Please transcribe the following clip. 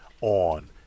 on